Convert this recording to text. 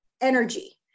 energy